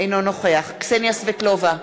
אינו נוכח קסניה סבטלובה,